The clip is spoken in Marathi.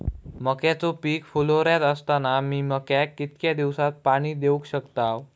मक्याचो पीक फुलोऱ्यात असताना मी मक्याक कितक्या दिवसात पाणी देऊक शकताव?